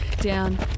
down